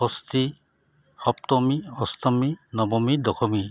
ষষ্ঠি সপ্তমী অষ্টমী নৱমী দশমী